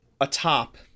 atop